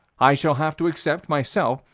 i shall have to accept, myself,